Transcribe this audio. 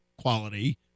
quality